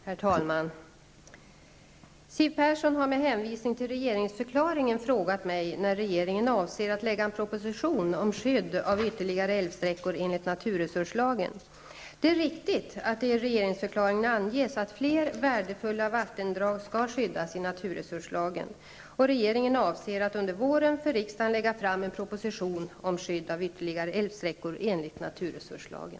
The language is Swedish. Herr talman! Siw Persson har med hänvisning till regeringsförklaringen frågat mig när regeringen avser att lägga fram en proposition om skydd av ytterligare älvsträckor enligt naturresurslagen. Det är riktigt att det i regeringsförklaringen anges att fler värdefulla vattendrag skall skyddas i naturresurslagen. Regeringen avser att under våren för riksdagen lägga fram en proposition om skydd av ytterligare älvsträckor enligt naturresurslagen.